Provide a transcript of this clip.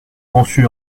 conçu